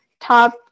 top